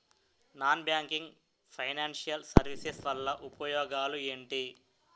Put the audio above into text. Non banking financial services వల్ల ఉపయోగాలు ఎంటి?